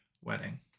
wedding